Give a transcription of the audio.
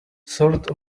sort